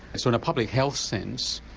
sort of public health sense,